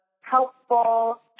helpful